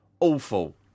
Awful